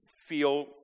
feel